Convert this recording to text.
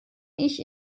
ich